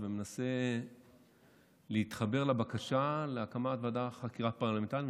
ומנסה להתחבר לבקשה להקמת ועדת חקירה פרלמנטרית.